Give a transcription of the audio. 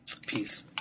Peace